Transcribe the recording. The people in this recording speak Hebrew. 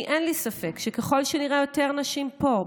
כי אין לי ספק שככל שנראה יותר נשים פה,